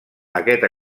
aquest